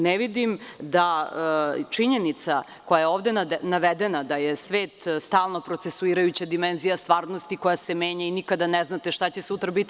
Ne vidim da činjenica koja je ovde navedena, da je svet stalno procesuirajuća dimenzija stvarnosti koja se menja i nikada ne znate šta će sutra biti